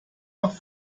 nach